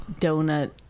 donut